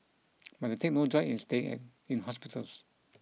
but they take no joy in staying in in hospitals